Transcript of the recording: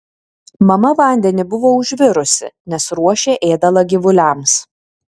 mama vandenį buvo užvirusi nes ruošė ėdalą gyvuliams